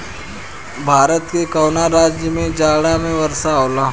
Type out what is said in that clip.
भारत के कवना राज्य में जाड़ा में वर्षा होला?